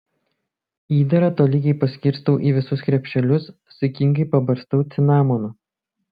įdarą tolygiai paskirstau į visus krepšelius saikingai pabarstau cinamonu